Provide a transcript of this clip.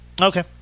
okay